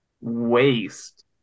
waste